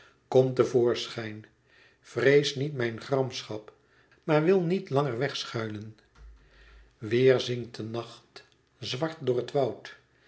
kom te voorschijn vrees niet mijn gramschap maar wil niet langer weg schuilen weêr zinkt de nacht zwart door het woud